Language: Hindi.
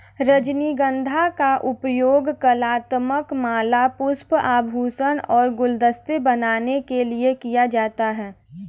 रजनीगंधा का उपयोग कलात्मक माला, पुष्प, आभूषण और गुलदस्ते बनाने के लिए किया जाता है